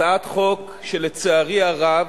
הצעת חוק שלצערי הרב,